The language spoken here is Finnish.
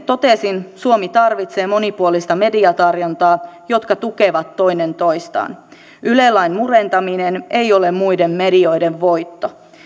totesin suomi tarvitsee monipuolista mediatarjontaa jotka tukevat toinen toistaan yle lain murentaminen ei ole muiden medioiden voitto